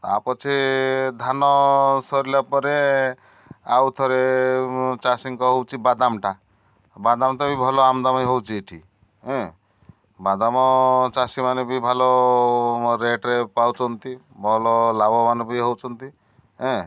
ତା' ପଛେ ଧାନ ସରିଲା ପରେ ଆଉଥରେ ଚାଷୀଙ୍କ ହେଉଛି ବାଦାମଟା ବାଦାମଟା ବି ଭଲ ଆମଦାନୀ ହେଉଛି ଏଠି ଏଁ ବାଦାମ ଚାଷୀମାନେ ବି ଭଲ ରେଟ୍ରେ ପାଉଛନ୍ତି ଭଲ ଲାଭବାନ ବି ହେଉଛନ୍ତି ଏଁ